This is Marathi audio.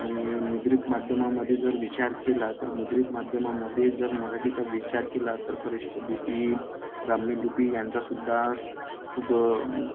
आणि मुद्रित माध्यमामध्ये जर विचार केला तर मुद्रित माध्यमामध्ये जर मराठीचा विचार केला तर खरोष्ट लिपी ब्राह्मीलिपी यांचासुद्धा खूप